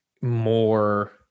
more